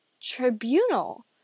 tribunal